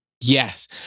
Yes